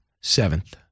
Seventh